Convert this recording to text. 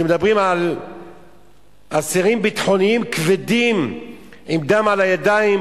כשמדברים על אסירים ביטחוניים כבדים עם דם על הידיים,